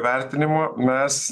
vertinimo mes